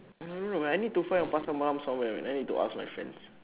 I don't know I need to find a pasar malam somewhere man I need to ask my friends